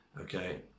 Okay